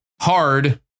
hard